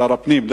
לשר הפנים,